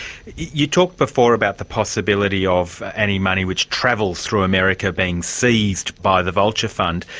you talked before about the possibility of any money which travels through america being seized by the vulture fund.